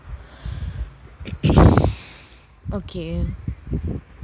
okay